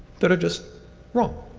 that are just wrong.